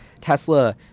Tesla